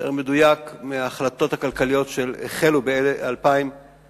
יותר מדויק, מההחלטות הכלכליות שהחלו ב-2002,